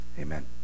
amen